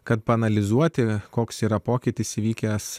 kad paanalizuoti koks yra pokytis įvykęs